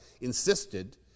insisted